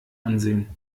ansehen